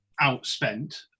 outspent